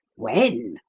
when?